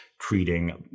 treating